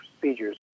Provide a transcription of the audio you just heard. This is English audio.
procedures